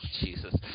Jesus